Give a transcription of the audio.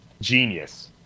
Genius